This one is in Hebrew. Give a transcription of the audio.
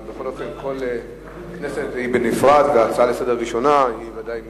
אבל כל כנסת היא בנפרד והצעה ראשונה לסדר-היום היא ודאי מיוחדת.